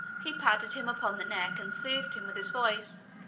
he patted him upon the neck, and soothed him with his voice,